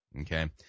Okay